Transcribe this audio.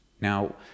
now